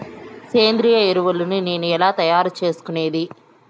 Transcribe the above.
సేంద్రియ ఎరువులని నేను ఎలా తయారు చేసుకునేది?